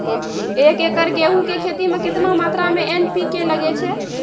एक एकरऽ गेहूँ के खेती मे केतना मात्रा मे एन.पी.के लगे छै?